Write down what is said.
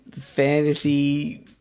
fantasy